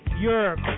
Europe